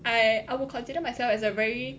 I I will consider myself as a very